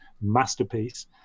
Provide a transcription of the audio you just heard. masterpiece